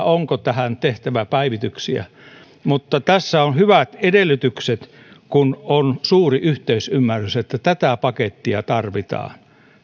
onko tähän tehtävä päivityksiä mutta tässä on hyvät edellytykset kun on suuri yhteisymmärrys siitä että tätä pakettia tarvitaan